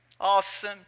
Awesome